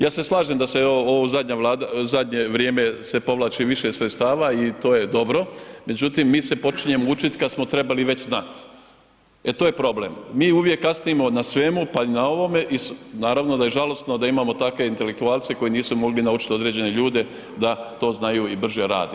Ja se slažem da se u ovo zadnje vrijeme se povlači više sredstava i to je dobro, međutim, mi se počinjemo učit kad smo trebali već znat, e to je problem, mi uvijek kasnimo na svemu, pa i na ovome i naravno da je žalosno da imamo takve intelektualce koji nisu mogli naučit određene ljude da to znaju i brže rade.